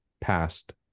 past